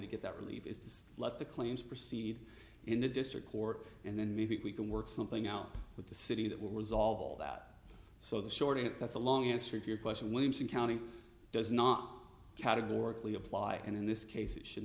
to get that relief is to let the claims proceed in the district court and then maybe we can work something out with the city that will resolve that so the short of it that's a long answer to your question williamson county does not categorically apply and in this case it should